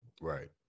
right